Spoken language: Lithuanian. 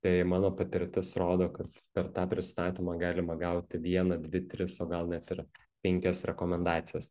tai mano patirtis rodo kad per tą pristatymą galima gauti vieną dvi tris o gal net ir penkias rekomendacijas